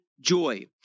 joy